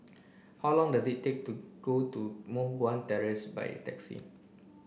how long does it take to get to Moh Guan Terrace by taxi